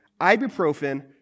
ibuprofen